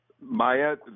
Maya